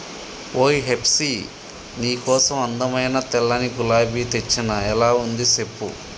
ఓయ్ హెప్సీ నీ కోసం అందమైన తెల్లని గులాబీ తెచ్చిన ఎలా ఉంది సెప్పు